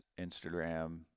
Instagram